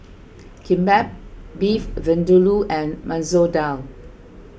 Kimbap Beef Vindaloo and Masoor Dal